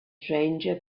stranger